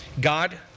God